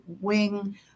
wing